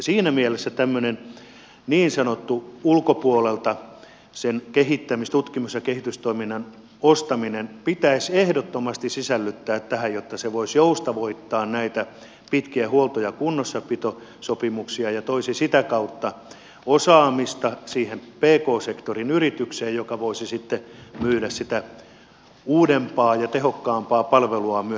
siinä mielessä tämmöinen niin sanotusti ulkopuolelta tutkimus ja kehitystoiminnan ostaminen pitäisi ehdottomasti sisällyttää tähän jotta se voisi joustavoittaa näitä pitkiä huolto ja kunnossapitosopimuksia ja toisi sitä kautta osaamista siihen pk sektorin yritykseen joka voisi sitten myydä sitä uudempaa ja tehokkaampaa palveluaan myös toisaalle